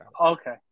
Okay